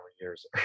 years